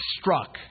struck